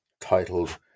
titled